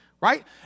right